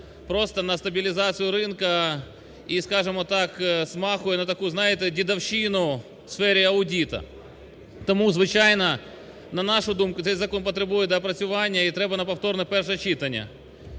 просто на стабілізацію ринку і змахує на таку, знаєте, дідівщину у сфері аудиту. Тому, звичайно, на нашу думку цей закон потребує доопрацювання і треба на повторне перше читання.